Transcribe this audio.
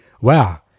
wow